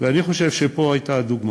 ואני חושב שפה הייתה הדוגמה.